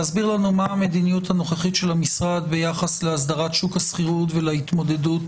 מה המדיניות הנוכחית של המשרד ביחס להסדרת שוק השכירות ולהתמודדות